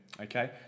Okay